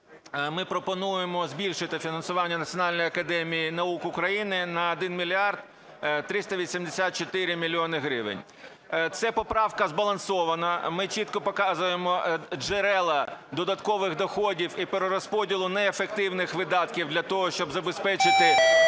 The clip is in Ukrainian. ми пропонуємо збільшити фінансування Національної академії наук України на 1 мільярд 384 мільйона гривень. Це поправка збалансована, ми чітко показуємо джерела додаткових доходів і перерозподілу неефективних видатків для того, щоб забезпечити